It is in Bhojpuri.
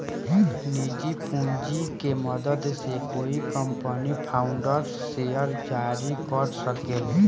निजी पूंजी के मदद से कोई कंपनी फाउंडर्स शेयर जारी कर सके ले